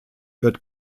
wird